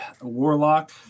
warlock